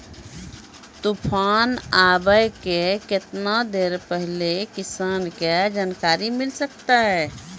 तूफान आबय के केतना देर पहिले किसान के जानकारी मिले सकते?